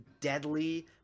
deadly